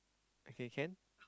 okay can